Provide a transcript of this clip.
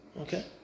Okay